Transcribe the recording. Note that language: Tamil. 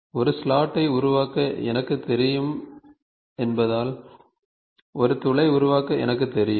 ஒரு ஸ்லாட்டை உருவாக்க எனக்குத் தெரியும் என்பதால் ஒரு துளை உருவாக்க எனக்குத் தெரியும்